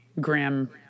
Graham